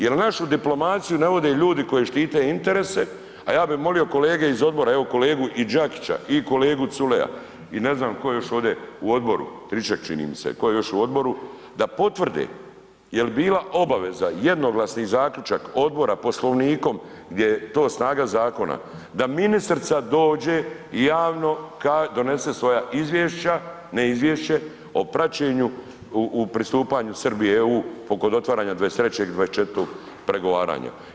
Jer našu diplomaciju ne vode ljudi koji štite interese, a ja bi molimo kolege iz odbora, evo kolegu i Đakića i kolegu Culeja i ne znam tko još ovdje u odboru Stričak čini mi se, tko je još u odboru, da potvrde jel bila obaveza jednoglasni zaključak odbora poslovnikom gdje je to snaga zakona, da ministrica dođe i javno donese svoja izvješća, ne izvješće o praćenju u pristupanju Srbije EU kod otvaranja 23. i 24. pregovaranja.